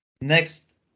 next